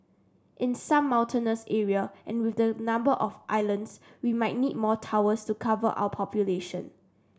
in some mountainous area and with the number of islands we might need more towers to cover our population